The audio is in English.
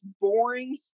boring